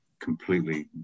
completely